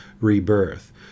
rebirth